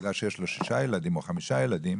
בגלל שיש לו שישה ילדים או חמישה ילדים,